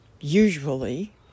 usually